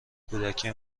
کودکی